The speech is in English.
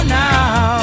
now